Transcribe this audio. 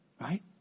right